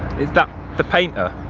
is that the painter?